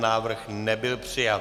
Návrh nebyl přijat.